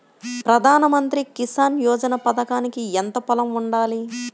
ప్రధాన మంత్రి కిసాన్ యోజన పథకానికి ఎంత పొలం ఉండాలి?